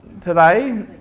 today